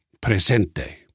presente